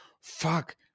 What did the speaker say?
Fuck